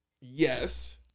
Yes